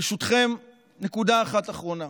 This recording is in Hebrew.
ברשותכם, נקודה אחת אחרונה,